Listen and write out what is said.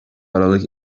aralık